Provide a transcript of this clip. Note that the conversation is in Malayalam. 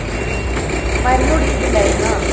ആ മരുന്ന് കുടിച്ചിട്ടുണ്ടായിരുന്നോ